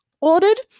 ordered